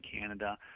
Canada